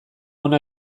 ona